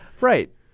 Right